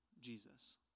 Jesus